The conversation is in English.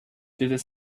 through